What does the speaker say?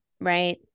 Right